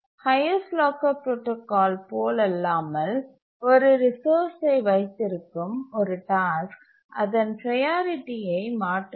highest locker protocol போலல்லாமல் ஒரு ரிசோர்ஸ்சை வைத்திருக்கும் ஒரு டாஸ்க் அதன் ப்ரையாரிட்டியை மாற்றாது